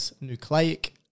nucleic